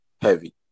heavy